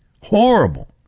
horrible